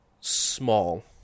Small